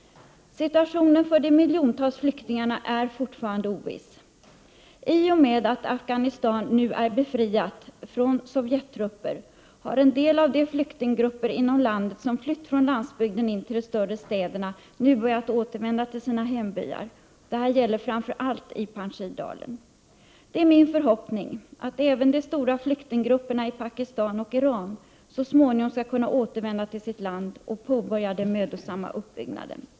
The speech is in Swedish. Situationen för de miljontals flyktingarna är fortfarande oviss. I och med att Afghanistan nu är befriat från Sovjettrupper har en del av de flyktinggrupper inom landet som flytt från landsbygden in till de större städerna börjat återvända till sina hembyar. Detta gäller framför allt i Panjshirdalen. Det är min förhoppning att även de stora flyktinggrupperna i Pakistan och Iran så småningom skall kunna återvända till sitt land och påbörja den mödosamma uppbyggnaden.